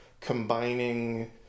combining